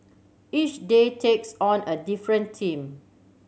each day takes on a different team